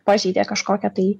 pažeidė kažkokią tai